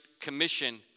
commission